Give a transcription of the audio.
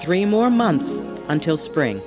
three more months until spring